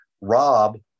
Rob